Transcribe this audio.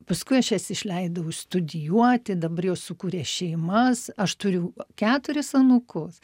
paskui aš jas išleidau studijuoti dabar jau sukūrė šeimas aš turiu keturis anūkus